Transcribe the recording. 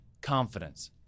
confidence